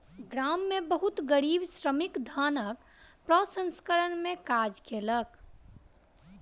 गाम में बहुत गरीब श्रमिक धानक प्रसंस्करण में काज कयलक